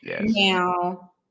Now